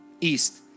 east